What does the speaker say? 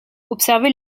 observé